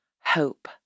hope